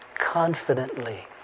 confidently